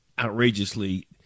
outrageously